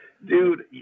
Dude